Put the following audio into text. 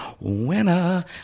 Winner